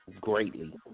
greatly